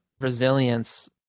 resilience